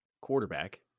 quarterback